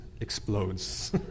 explodes